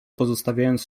pozostawiając